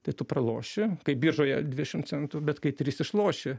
tai tu praloši kai biržoje dvidešim centų bet kai trys išloši